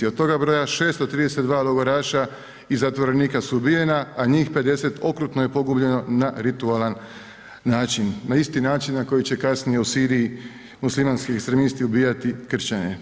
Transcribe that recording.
Od toga broja, 632 logoraša i zatvorenika su ubijena, a njih 50 okrutno je pogubljeno na ritualan način, na isti način na koji će kasnije u Siriji muslimanski ekstremisti ubijati kršćane.